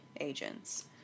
agents